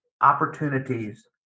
opportunities